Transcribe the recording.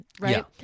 right